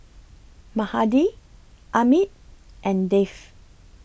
Mahade Amit and Dev